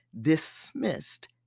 dismissed